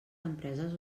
empreses